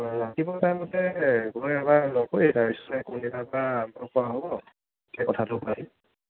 অঁ ৰাতিপুৱা টাইমতে গৈ এবাৰ লগ কৰি তাৰপিছতে কোনদিনাৰ পৰা আৰম্ভ কৰা হ'ব সেই কথাটো